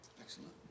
Excellent